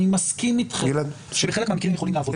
אני מסכים איתכם שבחלק מהמקרים הם יכולים לעבוד.